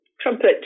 trumpet